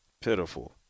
Pitiful